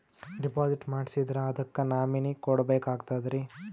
Deposit ಮಾಡ್ಸಿದ್ರ ಅದಕ್ಕ nominee ಕೊಡಬೇಕಾಗ್ತದ್ರಿ?